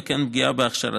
וכן פגיעה בהכשרתם.